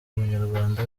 munyarwanda